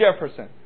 Jefferson